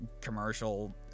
commercial